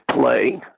play